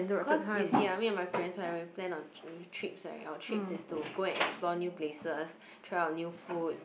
cause you see ah me and my friends right when we plan on trips right our trips is to go and explore new places try out new food